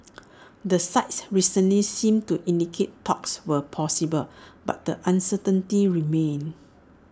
the sides recently seemed to indicate talks were possible but the uncertainty remains